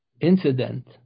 incident